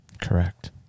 Correct